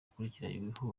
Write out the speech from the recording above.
akurikiranyweho